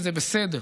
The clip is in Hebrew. וזה בסדר,